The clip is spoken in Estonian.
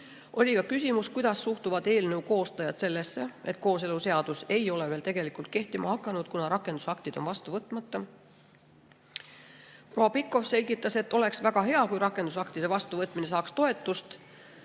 Oli ka küsimus, kuidas suhtuvad eelnõu koostajad sellesse, et kooseluseadus ei ole veel tegelikult kehtima hakanud, kuna rakendusaktid on vastu võtmata. Proua Pikhof selgitas, et oleks väga hea, kui rakendusaktide vastuvõtmine saaks toetust.